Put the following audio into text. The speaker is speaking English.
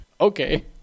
okay